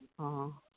ꯑꯣ